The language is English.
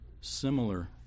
similar